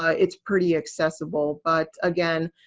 ah it's pretty accessible. but again,